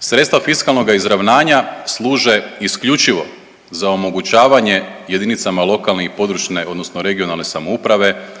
Sredstva fiskalnoga izravnanja služe isključivo za omogućavanje jedinicama lokalne i područne odnosno regionalne samouprave